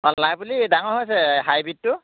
অঁ লাই পুলি ডাঙৰ হৈছে হাইব্ৰীডটো